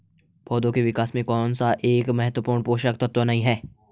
पौधों के विकास में कौन सा एक महत्वपूर्ण पोषक तत्व नहीं है?